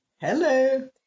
Hello